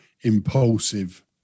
impulsive